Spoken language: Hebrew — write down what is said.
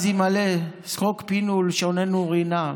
אז ימלא שחוק פינו ולשוננו רִנה".